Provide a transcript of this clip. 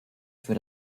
für